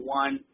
one